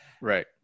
right